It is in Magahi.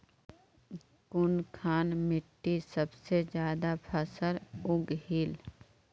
कुनखान मिट्टी सबसे ज्यादा फसल उगहिल?